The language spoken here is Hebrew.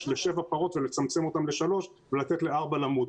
לשבע פרות ולצמצם אותן לשלוש ולתת לארבע למות.